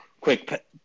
quick